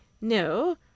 No